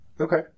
Okay